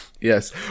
yes